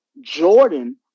Jordan